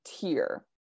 tier